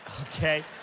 okay